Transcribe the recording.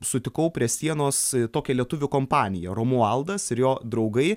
sutikau prie sienos tokią lietuvių kompaniją romualdas ir jo draugai